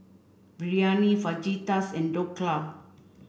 Biryani Fajitas and Dhokla